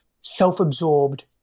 self-absorbed